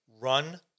run